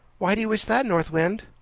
why do you wish that, north wind?